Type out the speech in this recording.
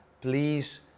Please